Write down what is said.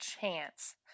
chance